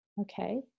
Okay